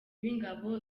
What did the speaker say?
w’ingabo